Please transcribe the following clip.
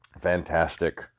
Fantastic